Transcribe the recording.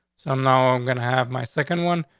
i'm now i'm gonna have my second one,